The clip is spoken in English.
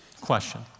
question